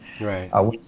right